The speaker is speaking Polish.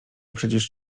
przecież